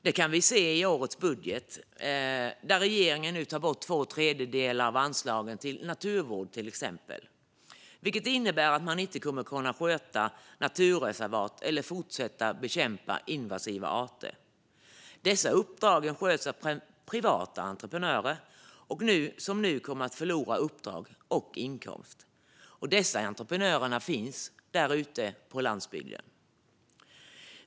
Detta kan vi se i årets budget, där regeringen exempelvis tar bort två tredjedelar av anslagen till naturvård, vilket innebär att man inte kommer att kunna sköta naturreservat eller fortsätta att bekämpa invasiva arter. Dessa uppdrag sköts av privata entreprenörer som nu kommer att förlora uppdrag och inkomst, och de entreprenörerna finns på landsbygden.